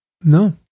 no